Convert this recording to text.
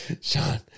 Sean